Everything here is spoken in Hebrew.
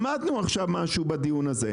למדנו משהו בדיון הזה,